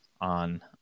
on